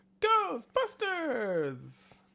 Ghostbusters